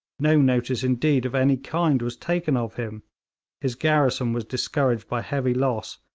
no notice, indeed, of any kind was taken of him his garrison was discouraged by heavy loss,